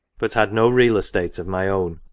but had no real estate of my own,